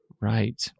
Right